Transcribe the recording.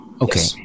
Okay